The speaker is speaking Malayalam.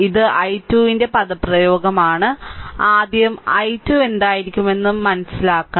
ഇത് i2 ന്റെ പദപ്രയോഗമാണ് ആദ്യം i2 എന്തായിരിക്കുമെന്ന് മനസിലാക്കണം